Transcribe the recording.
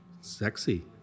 Sexy